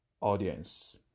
audience